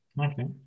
Okay